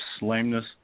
lameness